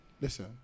listen